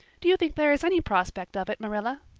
do you think there is any prospect of it, marilla?